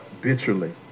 bitterly